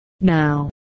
now